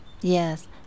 yes